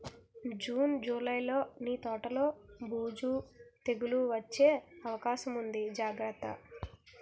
June, జూలైలో నీ తోటలో బూజు, తెగులూ వచ్చే అవకాశముంది జాగ్రత్త